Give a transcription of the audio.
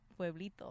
pueblito